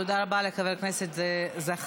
תודה רבה לחבר הכנסת זחאלקה.